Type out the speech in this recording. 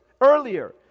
earlier